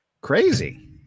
Crazy